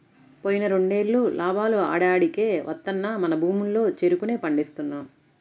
పోయిన రెండేళ్ళు లాభాలు ఆడాడికే వత్తన్నా మన భూముల్లో చెరుకునే పండిస్తున్నాం